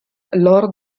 lord